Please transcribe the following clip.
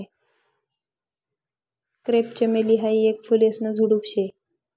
crepe चमेली हायी येक फुलेसन झुडुप शे